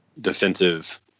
defensive